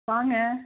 வாங்க